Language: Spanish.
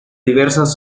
diversas